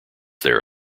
there